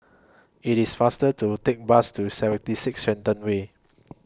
IT IS faster to Take Bus to seventy six Shenton Way